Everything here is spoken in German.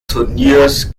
turniers